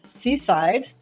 seaside